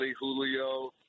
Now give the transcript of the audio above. Julio